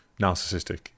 narcissistic